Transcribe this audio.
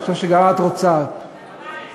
אני חושב שגם את רוצה, נכון.